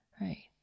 right